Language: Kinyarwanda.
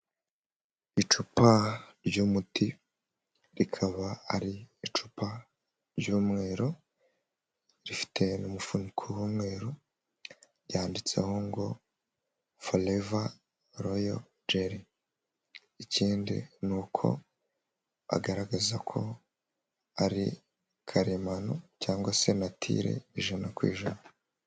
Icupa ry'umuti rikaba ari icupa ry'umweru rifite umufuniko w'umweru, ryanditseho ngo foreva royo jeri, ikindi nuko agaragaza ko ari karemano cyangwa se natire ijana ku ijana.